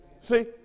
See